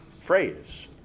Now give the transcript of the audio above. phrase